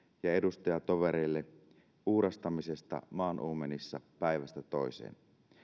ja edustajatovereille uurastamisesta maan uumenissa päivästä toiseen